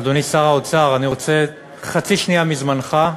אדוני שר האוצר, אני רוצה חצי שנייה מזמנך.